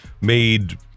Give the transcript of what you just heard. made